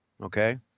Okay